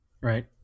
Right